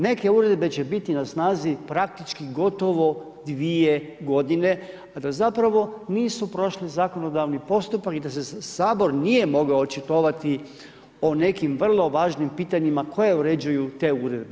Neke uredbe će biti na snazi praktički gotovo dvije godine, a da zapravo nisu prošli zakonodavni postupak i da se Sabor nije mogao očitovati o nekim vrlo važnim pitanjima koja uređuju te uredbe.